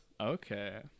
Okay